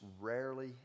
rarely